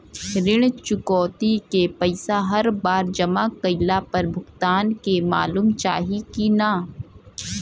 ऋण चुकौती के पैसा हर बार जमा कईला पर भुगतान के मालूम चाही की ना?